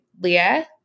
Leah